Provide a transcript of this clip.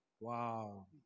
Wow